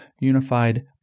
unified